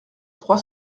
trois